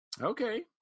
Okay